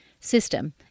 system